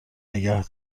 نگه